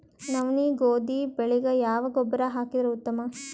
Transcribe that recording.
ನವನಿ, ಗೋಧಿ ಬೆಳಿಗ ಯಾವ ಗೊಬ್ಬರ ಹಾಕಿದರ ಉತ್ತಮ?